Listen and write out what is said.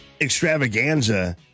extravaganza